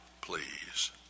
please